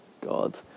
God